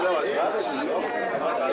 ננעלה בשעה